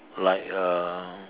like uh